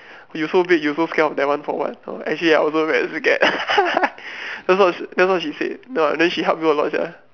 you so big you so scared of that one for what no actually I also very scared that's what that's what she said ya then she help you a lot sia